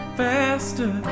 faster